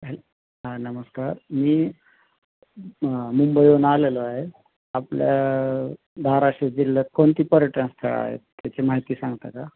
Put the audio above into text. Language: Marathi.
हॅ हा नमस्कार मी मुंबईवरून आलेलो आहे आपल्या धाराशिव जिल्ह्यात कोणती पर्यटन स्थळं आहेत त्याची माहिती सांगता का